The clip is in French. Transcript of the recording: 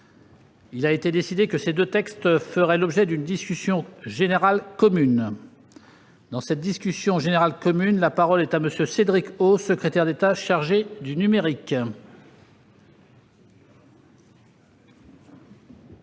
Il a été décidé que ces deux textes feraient l'objet d'une discussion générale commune. Dans la discussion générale commune, la parole est à M. le secrétaire d'État. Monsieur